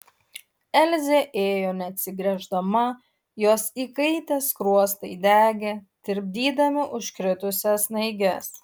elzė ėjo neatsigręždama jos įkaitę skruostai degė tirpdydami užkritusias snaiges